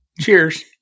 Cheers